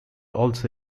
also